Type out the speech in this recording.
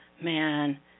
man